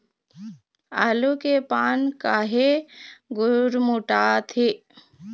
आलू के पान काहे गुरमुटाथे?